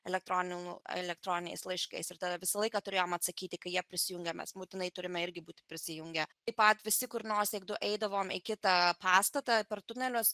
elektroniniais laiškais ir tave visą laiką turėjom atsakyti kai jie prisijungia mes būtinai turime irgi būti prisijungę taip pat visi kur nors eidavom kitą pastatą per tunelius